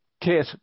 Kate